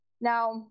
now